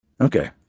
okay